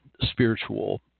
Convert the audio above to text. spiritual